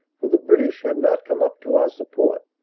for the british had not come up to our support.